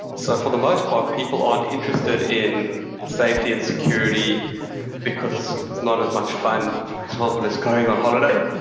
so, for the most part, people aren't interested in safety and security because it's not as much fun, for example, as going on holiday